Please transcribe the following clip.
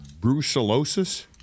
Brucellosis